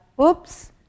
oops